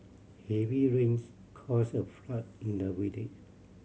heavy rains caused a flood in the village